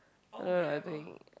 uh I think